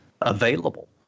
available